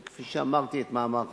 כפי שאמרתי את מאמר חז"ל.